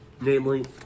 namely